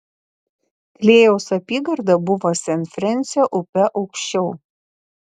klėjaus apygarda buvo sent frensio upe aukščiau